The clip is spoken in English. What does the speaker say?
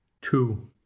two